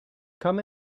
come